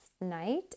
night